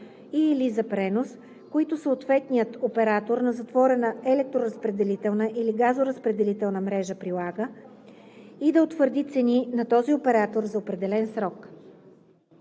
и/или за пренос, които съответният оператор на затворена електроразпределителна или газоразпределителна мрежа прилага, и да утвърди цени на този оператор за определен срок.